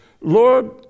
Lord